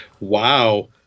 Wow